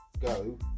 go